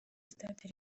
stade